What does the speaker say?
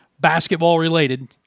basketball-related